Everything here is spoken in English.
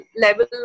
level